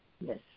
Yes